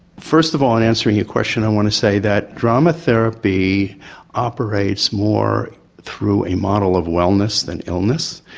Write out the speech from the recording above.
first of all in answering your question i want to say that drama therapy operates more through a model of wellness than illness.